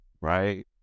right